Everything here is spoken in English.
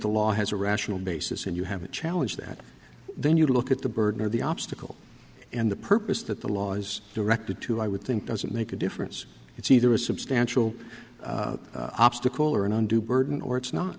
the law has a rational basis and you have a challenge that then you look at the burden of the obstacle and the purpose that the law is directed to i would think doesn't make a difference it's either a substantial obstacle or an undue burden or it's not